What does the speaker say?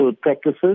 practices